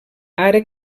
ara